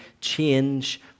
change